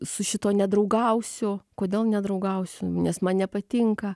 su šituo nedraugausiu kodėl nedraugausiu nes man nepatinka